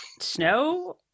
snow